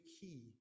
key